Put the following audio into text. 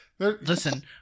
Listen